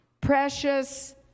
precious